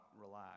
relax